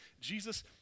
Jesus